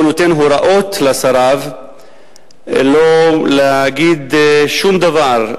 הוא נותן הוראות לשריו שלא להגיד שום דבר,